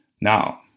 Now